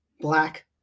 Black